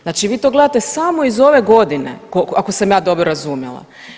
Znači vi to gledate samo iz ove godine ako sam ja dobro razumjela.